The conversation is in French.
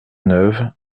neuve